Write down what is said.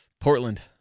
Portland